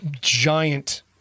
giant